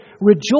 Rejoice